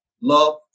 love